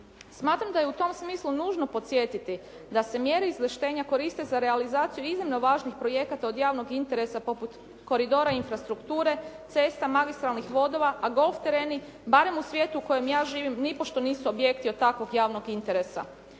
Smatram da je u tom smislu nužno podsjetiti da se mjere izvlaštenja koriste za realizaciju iznimno važnih projekata od javnog interesa poput koridora infrastrukture, cesta, magistralnih vodova a golf tereni barem u svijetu u kojem ja živim nipošto nisu objekti od takvog javnog interesa.